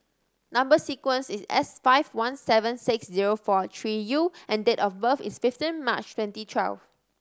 number sequence is S five one seven six zero four three U and date of birth is fifteen March twenty twelve